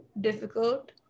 difficult